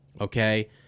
okay